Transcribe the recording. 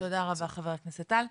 תודה רבה, חבר הכנסת טל.